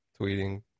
tweeting